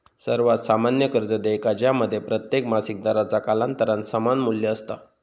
सर्वात सामान्य कर्ज देयका ज्यामध्ये प्रत्येक मासिक दराचा कालांतरान समान मू्ल्य असता